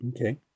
Okay